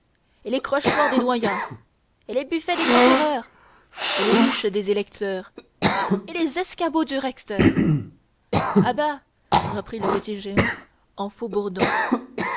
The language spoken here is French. et les crachoirs des doyens et les buffets des procureurs et les huches des électeurs et les escabeaux du recteur à bas reprit le petit jehan en